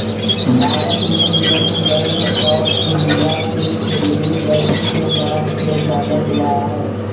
भारत मे reserve bank of India के केंद्रीय बैंक के नाम से जानल जा हय